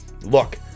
look